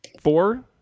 Four